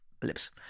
blips